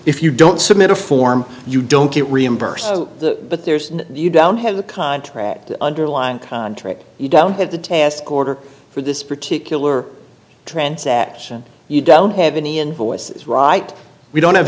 if you don't submit a form you don't get reimbursed but there's you don't have a contract underlying you don't have the task order for this particular transaction you don't have any invoices right we don't have